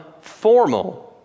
formal